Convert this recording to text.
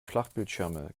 flachbildschirme